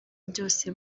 byose